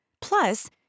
Plus